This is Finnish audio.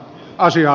asiaa